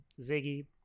Ziggy